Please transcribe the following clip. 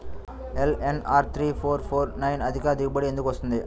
LNR three four four four nine అధిక దిగుబడి ఎందుకు వస్తుంది?